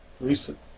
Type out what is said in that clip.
recent